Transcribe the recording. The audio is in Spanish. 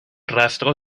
rastro